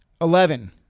Eleven